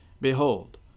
behold